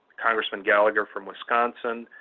congressman gallagher from wisconsin.